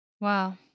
Wow